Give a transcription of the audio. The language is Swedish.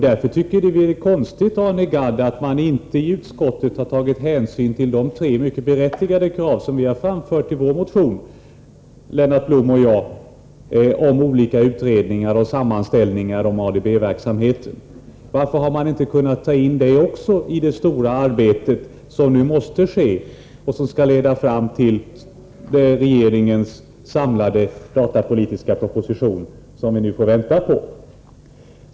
Därför tycker vi att det är konstigt att man inte i utskottet har tagit hänsyn till de tre mycket berättigade krav som Lennart Blom och jag har framfört i vår motion om olika utredningar och sammanställningar i fråga om ADB verksamheten. Varför har man inte kunnat ta in det också i det stora arbete som nu måste ske och som skall leda fram till regeringens samlade datapolitiska proposition, som vi nu får vänta på?